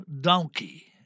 donkey